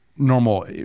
normal